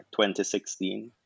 2016